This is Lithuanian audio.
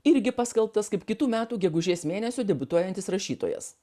irgi paskelbtas kaip kitų metų gegužės mėnesį debiutuojantis rašytojas